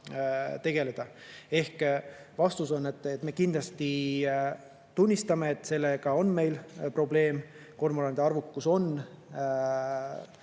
Ehk vastus on, et me kindlasti tunnistame, et sellega on meil probleem, kormoranide arvukus on